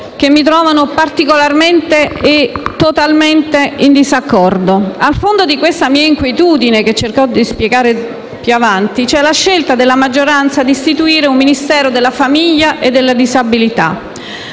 che mi trovano particolarmente e totalmente in disaccordo. Al fondo di questa mia inquietudine, che cercherò di spiegare più avanti, c'è la scelta della maggioranza di istituire un Ministero della famiglia e della disabilità.